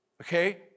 Okay